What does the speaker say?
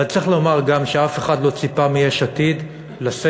אבל צריך לומר גם שאף אחד לא ציפה מיש עתיד לסגת